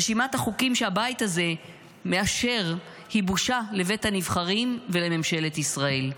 רשימת החוקים שהבית הזה מאשר היא בושה לבית הנבחרים ולממשלת ישראל.